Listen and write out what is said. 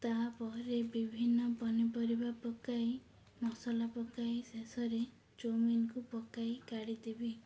ତା'ପରେ ବିଭିନ୍ନ ପନିପରିବା ପକାଇ ମସଲା ପକାଇ ଶେଷରେ ଚଉମିନକୁ ପକାଇ କାଢ଼ି ଦେବି